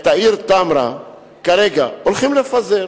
את מועצת העיר תמרה הולכים לפזר.